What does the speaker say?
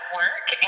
work